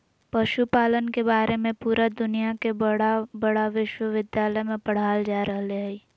पशुपालन के बारे में पुरा दुनया में बड़ा बड़ा विश्विद्यालय में पढ़ाल जा रहले हइ